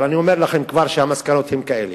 אבל אני אומר לכם כבר שהמסקנות הן כאלה.